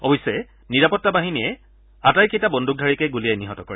অৱশ্যে নিৰাপত্তা বাহিনীয়ে আটাইকেইটা বন্দুকধাৰীকে গুলীয়াই নিহত কৰে